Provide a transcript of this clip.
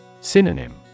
Synonym